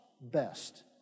best